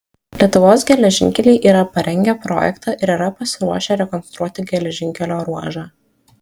lietuvos geležinkeliai yra parengę projektą ir yra pasiruošę rekonstruoti geležinkelio ruožą